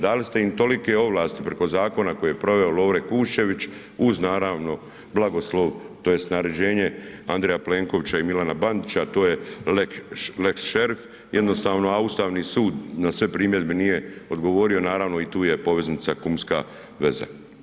Dali ste im tolike ovlasti preko zakona koje je proveo Lovre Kuščević uz naravno blagoslov, tj. naređenje Andreja Plenkovića i Milana Bandića, a to je lex šerif jednostavno, a Ustavni sud na sve primjedbe nije odgovorio naravno i tu je poveznica kumska veza.